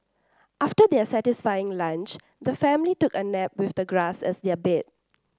after their satisfying lunch the family took a nap with the grass as their bed